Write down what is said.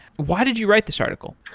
why did you write this article?